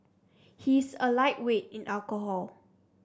he is a lightweight in alcohol